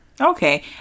Okay